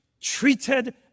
treated